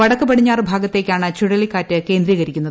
വടക്ക് പടിഞ്ഞാറ് ഭാഗത്തേക്കാണ് ചുഴലിക്കാറ്റ് കേന്ദ്രികരീകരിക്കുന്നത്